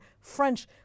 French